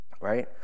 right